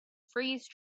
freeze